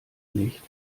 nicht